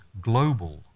global